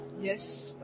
Yes